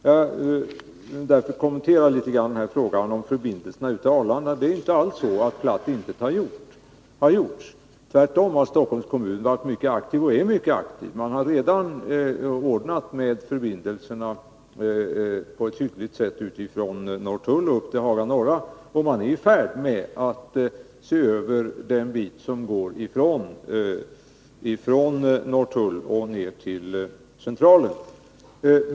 Jag vill något kommentera frågan om förbindelserna med Arlanda. Det är inte alls så att ”platt intet” har gjorts. Tvärtom har Stockholms kommun varit, och är, mycket aktiv. Man har redan på ett hyggligt sätt ordnat med förbindelserna från Norrtull och upp till Haga norra. Man är vidare i färd med att se över sträckan från Norrtull och ner till Centralen.